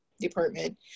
Department